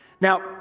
Now